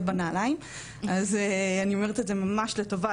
בנעלים אז אני אומרת את זה ממש לטובה,